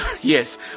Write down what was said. yes